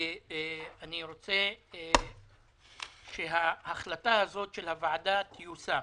ואני רוצה שהחלטה הזאת של הוועדה תיושם.